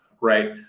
right